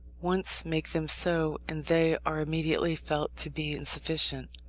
once make them so, and they are immediately felt to be insufficient.